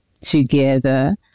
together